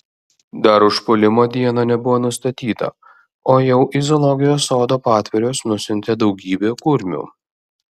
dar užpuolimo diena nebuvo nustatyta o jau į zoologijos sodo patvorius nusiuntė daugybę kurmių